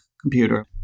computer